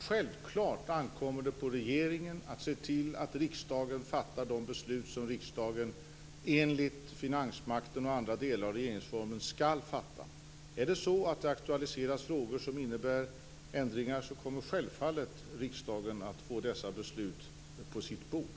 Fru talman! Självfallet ankommer det på regeringen att se till att riksdagen fattar de beslut som riksdagen enligt avsnittet om finansmakten och andra delar i regeringsformen skall fatta. Aktualiseras frågor som innebär ändringar kommer riksdagen självfallet att få dessa beslut på sitt bord.